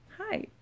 Hi